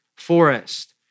forest